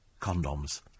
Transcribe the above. condoms